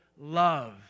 love